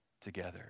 together